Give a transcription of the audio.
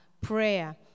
prayer